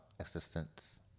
assistance